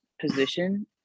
position